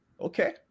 Okay